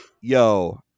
Yo